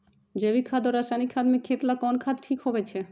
जैविक खाद और रासायनिक खाद में खेत ला कौन खाद ठीक होवैछे?